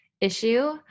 issue